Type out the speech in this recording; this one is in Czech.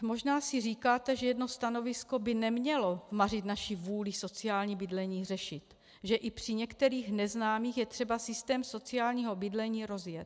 Možná si říkáte, že jedno stanovisko by nemělo mařit naši vůli sociální bydlení řešit, že i při některých neznámých je třeba systém sociálního bydlení rozjet.